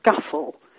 scuffle